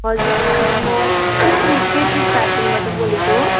हजुर म प्रितिस फ्यासनबाट बोलेको